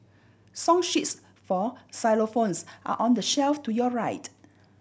song sheets for xylophones are on the shelf to your right